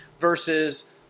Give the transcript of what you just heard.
versus